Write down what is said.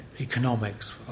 economics